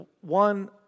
one